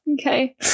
Okay